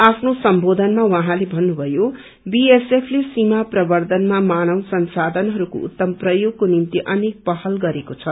आफ्नो सम्बोधनमा उहाँले भन्नुभयो बीएसएफले सीमा प्रबन्धमा माव संसाधनहरूको उत्तम प्रयोगको निम्ति अनेक पहल गरेको छ